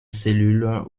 cellules